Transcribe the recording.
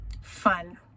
fun